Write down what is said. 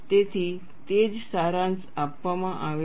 તેથી તે જ સારાંશ આપવામાં આવે છે